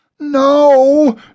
No